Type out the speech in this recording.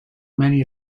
many